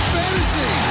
fantasy